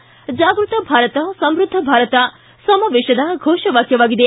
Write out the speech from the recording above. ಜಾಗೃತ ಭಾರತ ಸಮೃದ್ಧ ಭಾರತ ಸಮಾವೇಶದ ಫೋಷ ವಾಕ್ಯವಾಗಿದೆ